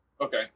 Okay